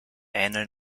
ähneln